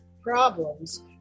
problems